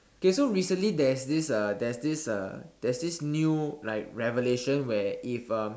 okay so recently there's this uh there's this uh there's this new like revelation where if um